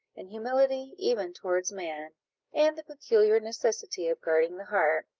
and humility even towards man and the peculiar necessity of guarding the heart,